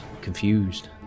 confused